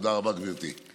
תודה רבה, גברתי.